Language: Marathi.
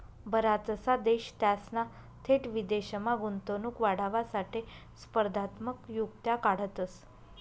बराचसा देश त्यासना थेट विदेशमा गुंतवणूक वाढावासाठे स्पर्धात्मक युक्त्या काढतंस